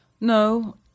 No